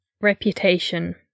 reputation